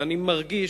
ואני מרגיש,